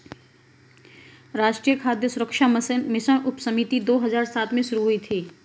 राष्ट्रीय खाद्य सुरक्षा मिशन उपसमिति दो हजार सात में शुरू हुई थी